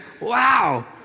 Wow